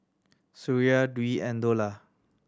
Suria Dwi and Dollah